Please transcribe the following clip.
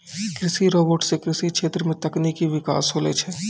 कृषि रोबोट सें कृषि क्षेत्र मे तकनीकी बिकास होलो छै